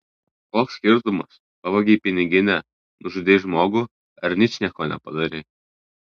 koks skirtumas pavogei piniginę nužudei žmogų ar ničnieko nepadarei